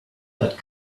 add